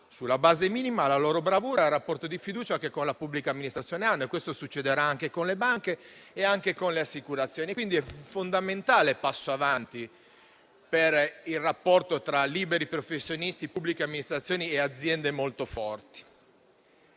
la base minima, considerando la loro bravura e il rapporto di fiducia che hanno con la pubblica amministrazione. Questo succederà anche con le banche e con le assicurazioni. È quindi un fondamentale passo avanti per il rapporto tra liberi professionisti, pubbliche amministrazioni e aziende molto solide.